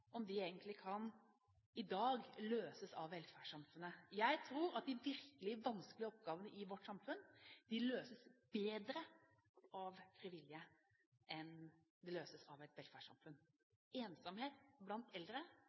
om det er sånn at de utfordringene som vi ser i vårt samfunn, med ensomhet og mangel på inkludering, egentlig i dag kan løses av velferdssamfunnet. Jeg tror at de virkelig vanskelige oppgavene i vårt samfunn løses bedre av frivillige enn de løses